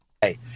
hey